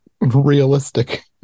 realistic